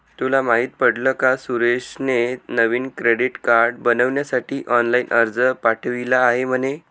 तुला माहित पडल का सुरेशने नवीन क्रेडीट कार्ड बनविण्यासाठी ऑनलाइन अर्ज पाठविला आहे म्हणे